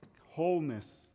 wholeness